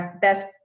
best